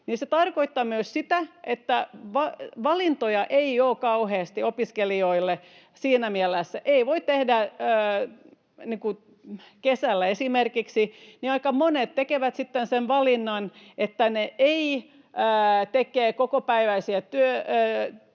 Se tarkoittaa myös sitä, että valintoja ei ole kauheasti opiskelijoille siinä mielessä. Kesällä esimerkiksi aika monet tekevät sitten sen valinnan, että eivät tee kokopäiväistä työtä